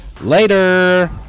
Later